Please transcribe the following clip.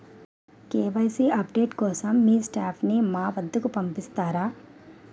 KYC update కోసం మీ staff ని మా వద్దకు పంపిస్తారా?